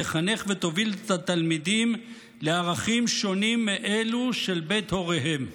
תחנך ותוביל את התלמידים לערכים שונים מאלה של בית הוריהם.